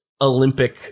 Olympic